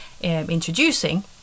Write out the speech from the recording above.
introducing